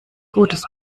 gutes